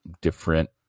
different